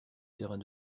terrain